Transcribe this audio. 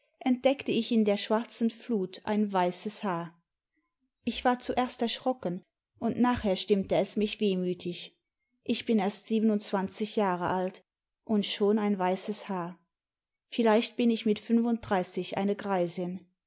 entdeckte ich in der schwarzen flut ein weißes haar ich war zuerst erschrocken und nachher stinmite es mich wehmütig ich bin erst siebenimdzwanzig jahre alt und schon ein weißes haar vielleicht bin ich mit fünfunddreißig eine greisin